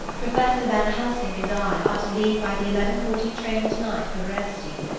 professor van helsing and i are to leave by the eleven forty train to-night for veresti,